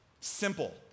Simple